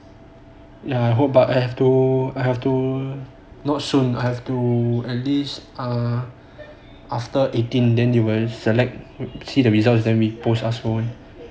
I hope but I have to I have to not soon have to at least err after eighteen then you will select see the results than they choose us lor